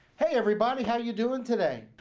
hey everybody. how you doing today?